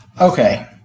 Okay